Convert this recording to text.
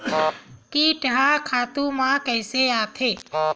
कीट ह खातु म कइसे आथे?